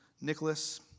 Nicholas